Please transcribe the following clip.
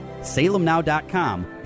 SalemNow.com